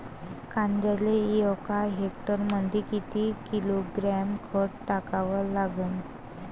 कांद्याले एका हेक्टरमंदी किती किलोग्रॅम खत टाकावं लागन?